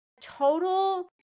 total